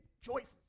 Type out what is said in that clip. Choices